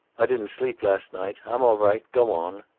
i didn't sleep last night. i'm all right. go on.